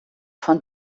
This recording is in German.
von